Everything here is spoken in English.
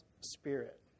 spirit